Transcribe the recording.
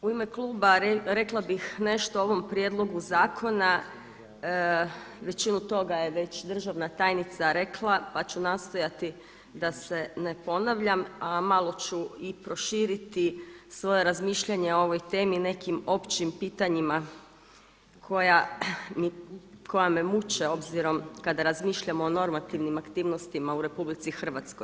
U ime kluba rekla bih nešto o ovom prijedlogu zakona, većinu toga je državna tajnica već rekla pa ću nastojati da se ne ponavljam, a malo ću i proširiti svoja razmišljanja o ovoj temi nekim općim pitanjima koja me muče obzirom kada razmišljamo o normativnim aktivnostima u RH.